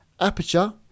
Aperture